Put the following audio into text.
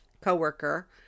coworker